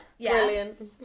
Brilliant